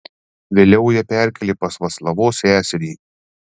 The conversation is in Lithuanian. vėliau ją perkėlė pas vaclavos seserį